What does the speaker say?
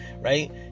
right